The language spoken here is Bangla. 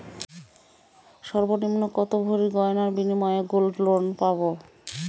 সর্বনিম্ন কত ভরি গয়নার বিনিময়ে গোল্ড লোন পাব?